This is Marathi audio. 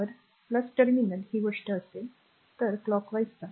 जर टर्मिनल ही गोष्ट r असेल तर clockwise जा